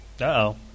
Uh-oh